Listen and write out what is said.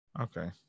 Okay